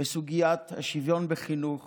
בסוגיית השוויון בחינוך